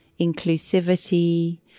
inclusivity